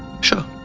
Sure